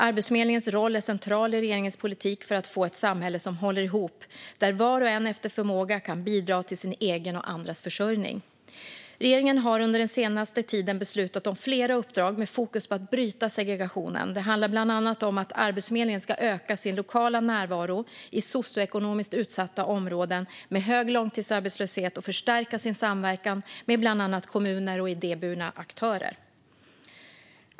Arbetsförmedlingens roll är central i regeringens politik för att få ett samhälle som håller ihop, där var och en efter förmåga kan bidra till sin egen och andras försörjning. Regeringen har under den senaste tiden beslutat om flera uppdrag med fokus på att bryta segregationen. Det handlar bland annat om att Arbetsförmedlingen ska öka sin lokala närvaro i socioekonomiskt utsatta områden med hög långtidsarbetslöshet och förstärka sin samverkan med bland annat kommuner och idéburna aktörer.